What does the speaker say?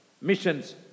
missions